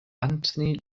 anthony